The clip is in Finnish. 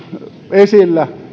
esillä